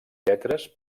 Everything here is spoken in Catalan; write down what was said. lletres